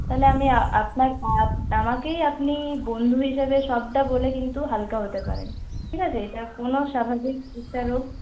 তাহলে আমি আপনাকেই আমাকেই আপনি বন্ধু হিসাবে সবটা বলে কিন্তু হালকা হতে পারেন ঠিক আছে এটা কোনো স্বাভাবিক একটা রোগ